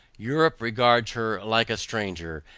europe regards her like a stranger,